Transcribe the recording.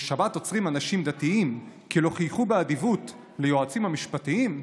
עוצרים בשבת אנשים דתיים כי לא חיכו באדיבות ליועצים המשפטיים,